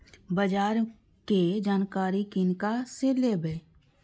बाजार कै जानकारी किनका से लेवे?